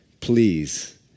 Please